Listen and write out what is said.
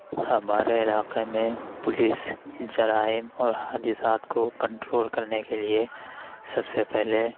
ہمارے علاقے میں پولیس جرائم اور حادثات کو کنٹرول کرنے کے لیے سب سے پہلے